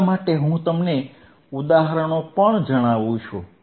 એટલા માટે હું તમને ઉદાહરણો પણ જણાવું છું